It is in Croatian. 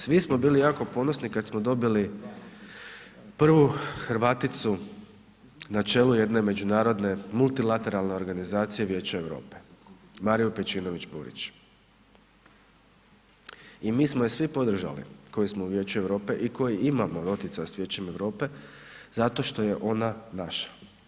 Svi smo bili jako ponosni kada smo dobili prvu Hrvaticu na čelu jedne međunarodne multilateralne organizacije Vijeća Europe Mariju Pejčinović Burić i mi smo je svi podržali koji smo u Vijeću Europe i koji imamo doticaj s Vijećem Europe zato što je ona naša.